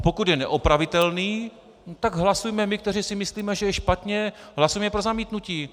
Pokud je neopravitelný, tak hlasujme my, kteří si myslíme, že je špatně, hlasujme pro zamítnutí.